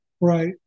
right